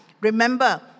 Remember